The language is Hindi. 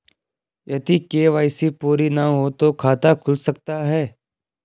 यदि के.वाई.सी पूरी ना हो तो खाता खुल सकता है?